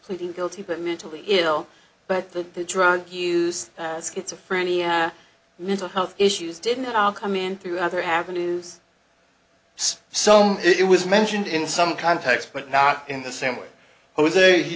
pleading guilty but mentally ill but the drug use schizophrenia mental health issues didn't all come in through other avenues so so it was mentioned in some context but not in the same way